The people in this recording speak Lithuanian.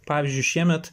pavyzdžiui šiemet